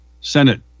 Senate